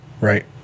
right